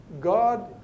God